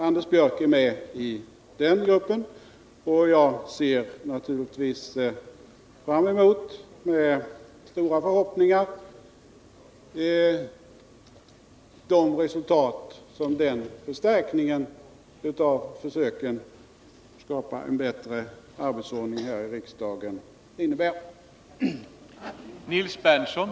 Anders Björck är med i den gruppen, och jag ser naturligtvis med stora förhoppningar fram emot de resultat som denna förstärkning av försöken att skapa en bättre arbetsordning här i riksdagen kan leda till.